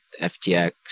FTX